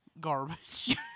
Garbage